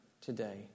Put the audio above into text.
today